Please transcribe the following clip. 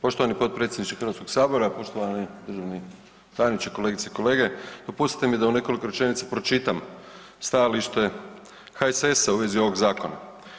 Poštovani potpredsjedniče Hrvatskog sabora, poštovani državni tajnice, kolegice i kolege, dopustite mi da u nekoliko rečenica pročitam stajalište HSS-a u vezi ovog zakona.